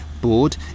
board